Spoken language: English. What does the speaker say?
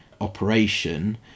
operation